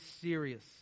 serious